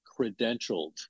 credentialed